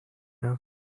have